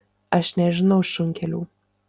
aš nežinau šunkelių